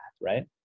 right